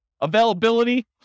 Availability